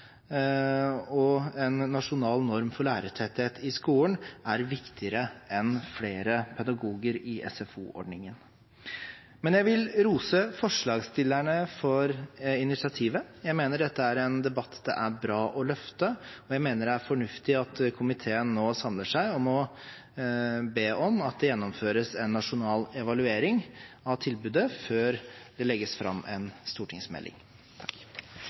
og en nasjonal norm for lærertetthet i skolen er viktigere enn flere pedagoger i SFO-ordningen. Men jeg vil rose forslagsstillerne for initiativet. Jeg mener dette er en debatt det er bra å løfte, og jeg mener det er fornuftig at komiteen nå samler seg om å be om at det gjennomføres en nasjonal evaluering av tilbudet før det legges fram en stortingsmelding.